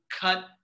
cut